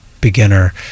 beginner